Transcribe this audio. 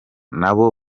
nabo